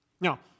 Now